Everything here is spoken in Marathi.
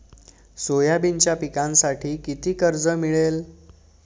सोयाबीनच्या पिकांसाठी किती कर्ज मिळेल?